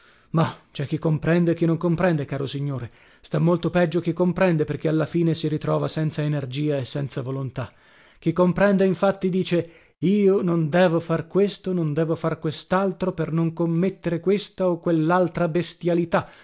mah cè chi comprende e chi non comprende caro signore sta molto peggio chi comprende perché alla fine si ritrova senza energia e senza volontà chi comprende infatti dice io non devo far questo non devo far questaltro per non commettere questa o quella bestialità